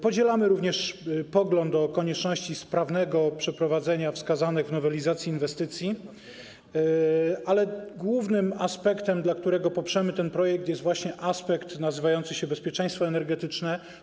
Podzielamy również pogląd o konieczności sprawnego przeprowadzenia wskazanych w nowelizacji inwestycji, ale głównym aspektem, dla którego poprzemy ten projekt, jest właśnie aspekt nazywający się bezpieczeństwo energetyczne.